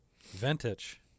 Vintage